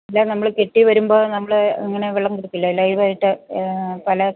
അല്ലേ നമ്മള് കെട്ടിവരുമ്പോള് നമ്മള് അങ്ങനെ വെള്ളം കൊടുക്കില്ലേ ലൈവായിട്ട് പല